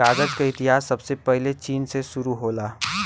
कागज क इतिहास सबसे पहिले चीन से शुरु होला